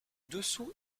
dessous